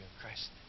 Christ